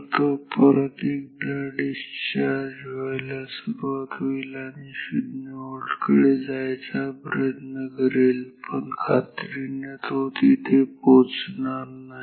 तर तो परत एकदा डिस्चार्ज व्हायला सुरुवात होईल आणि 0V कडे जाण्याचा प्रयत्न करेल पण खात्रीने तो तिथे पोहोचणार नाही